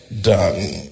done